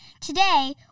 today